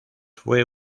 fue